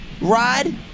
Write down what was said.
rod